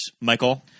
Michael